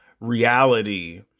reality